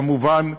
כמובן,